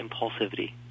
impulsivity